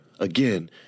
Again